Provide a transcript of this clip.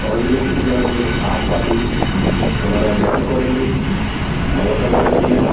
অরবিন্দ কেজরিবালের আপ পার্টি ওনারা জয়েন করে নি মমতা ব্যানার্জির